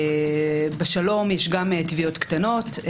בשלום יש גם תביעות קטנות,